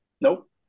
Nope